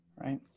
right